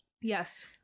yes